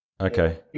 Okay